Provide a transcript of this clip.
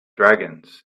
dragons